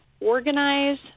Organize